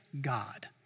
God